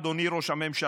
אדוני ראש הממשלה,